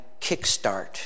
kickstart